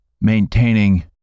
maintaining